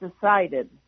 decided